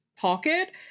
pocket